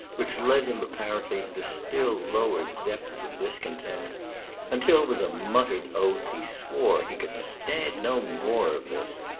which led him apparently into still lower depths of discontent until, with a muttered oath, he swore he could stand no more of this,